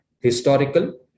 historical